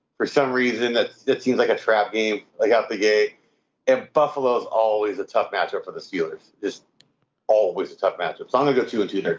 for some reason that it seems like a trap game, like out the gate and buffalo's always a tough match up for the sealers is always a tough matchup. so i'm gonna go to two you know